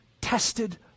tested